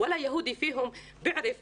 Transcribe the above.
אף יהודי מהם אינו יודע את